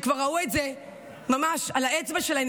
שכבר ראו את זה ממש על האצבע שלהן,